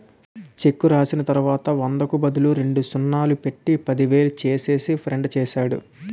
చెక్కు రాసిచ్చిన తర్వాత వందకు బదులు రెండు సున్నాలు పెట్టి పదివేలు చేసేసి ఫ్రాడ్ చేస్తారు